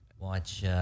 Watch